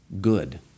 good